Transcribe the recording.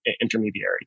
intermediary